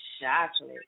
Chocolate